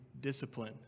discipline